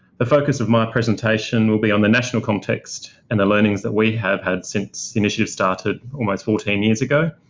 the focus of my presentation will be on the national context and the learnings that we have had since the initiative started almost fourteen years ago.